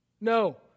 No